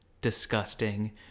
disgusting